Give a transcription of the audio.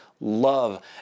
love